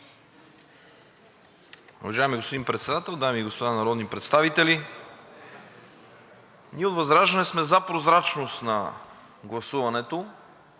Уважаеми господин Председател, дами и господа народни представители! Ние от ВЪЗРАЖДАНЕ сме за прозрачност на гласуването